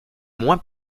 moins